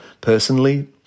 personally